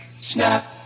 snap